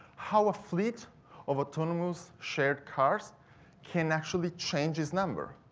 how a fleet of autonomous shared cars can actually change his number.